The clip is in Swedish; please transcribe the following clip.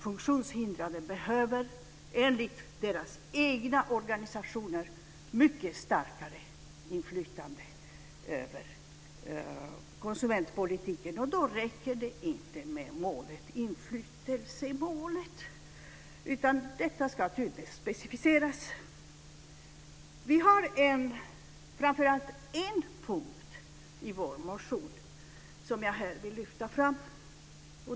Funktionshindrade behöver enligt deras egna organisationer mycket starkare inflytande över konsumentpolitiken. Då räcker det inte med inflytandemålet, utan detta ska tydligt specificeras. Vi har framför allt en punkt i vår motion som jag vill lyfta fram.